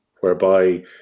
Whereby